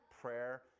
prayer